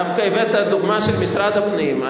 דווקא הבאת דוגמה של משרד הפנים.